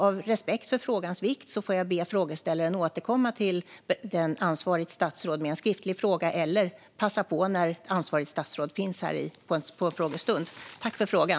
Av respekt för frågans vikt får jag be frågeställaren att återkomma till ansvarigt statsråd med en skriftlig fråga eller passa på när ansvarigt statsrådet finns här på frågestunden.